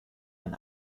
man